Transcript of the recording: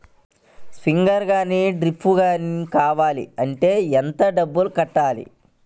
Sprinkler కానీ డ్రిప్లు కాని కావాలి అంటే ఎంత డబ్బులు కట్టాలి?